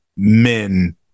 men